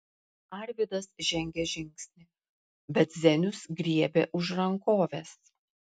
arvydas žengė žingsnį bet zenius griebė už rankovės